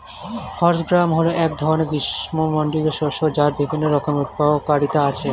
horse gram হল এক ধরনের গ্রীষ্মমণ্ডলীয় শস্য যার বিভিন্ন রকমের উপকারিতা আছে